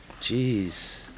Jeez